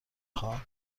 خواهم